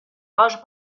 rage